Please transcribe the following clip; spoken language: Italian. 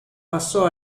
passò